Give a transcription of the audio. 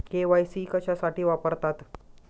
KYC कशासाठी वापरतात?